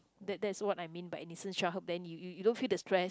that that's what I mean by innocence childhood then you you don't feel the stress